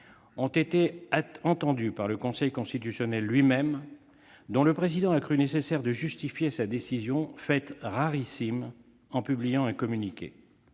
ont été entendues par le Conseil constitutionnel lui-même, dont le président a cru nécessaire de justifier sa décision, fait rarissime, en publiant un communiqué.